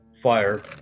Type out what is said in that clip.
fire